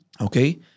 okay